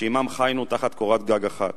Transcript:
שעמם חיינו תחת קורת גג אחת.